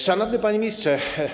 Szanowny Panie Ministrze!